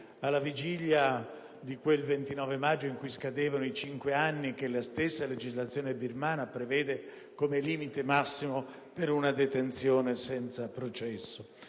alla vigilia di quel 29 maggio in cui scadevano i cinque anni che la stessa legislazione birmana prevede come limite massimo per una detenzione senza processo.